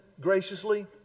graciously